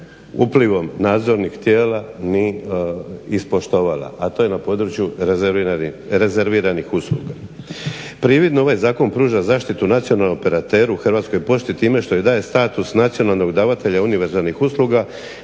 uplivom nadzornih tijela ni ispoštovala, a to je na području rezerviranih usluga. Prividno ovaj zakon pruža zaštitu nacionalnom operateru Hrvatskoj pošti time što joj daje status nacionalnog davatelja univerzalnih usluga